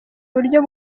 uburyo